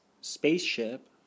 Spaceship